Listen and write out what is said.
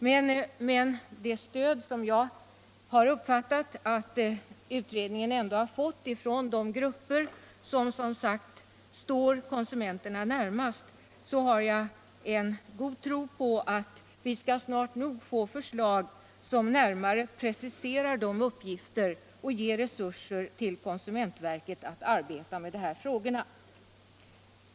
Men det stöd som jag tycker att utredningen ändå har fått från de grupper som står konsumenterna nära har gjort att jag har goda förhoppningar om att vi snart nog skall få förslag som närmare preciserar uppgifterna och ger konsumentverket resurser att arbeta med dessa frågor.